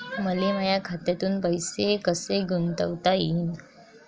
मले माया खात्यातून पैसे कसे गुंतवता येईन?